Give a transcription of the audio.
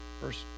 first